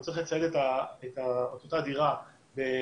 והוא צריך לצייד את אותה דירה בשולחנות,